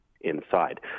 Inside